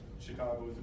Chicago